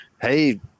Hey